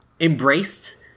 embraced